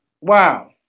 Wow